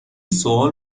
سوال